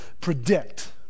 predict